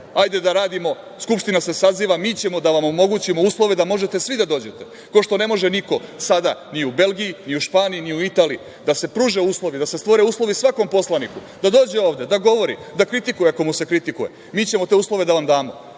hajde da radimo, Skupština se saziva, mi ćemo da vam omogućimo uslove da možete svi da dođete, kao što ne može niko sada ni u Belgiji, ni u Španiji, ni u Italiji, da se pruže uslovi, da se stvore uslovi svakom poslaniku da dođe ovde, da govori, da kritikuje, ako mu se kritikuje, mi ćemo te uslove da vam damo. Mi